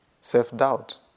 self-doubt